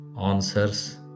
Answers